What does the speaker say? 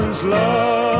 love